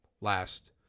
last